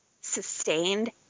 sustained